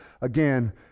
again